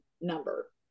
number